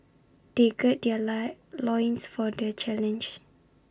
they gird their lie loins for the challenge